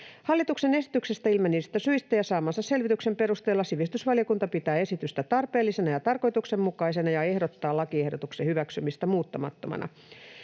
Hallituksen esityksestä ilmenevistä syistä ja saamansa selvityksen perusteella sivistysvaliokunta pitää esitystä tarpeellisena ja tarkoituksenmukaisena ja ehdottaa lakiehdotuksen hyväksymistä muuttamattomana.